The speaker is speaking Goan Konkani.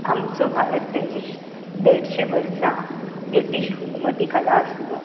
आमचो भारत देश देडशीं वर्सां ब्रिटीश हुकुमती खाला आशिल्लो